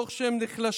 תוך שהם נחלשים,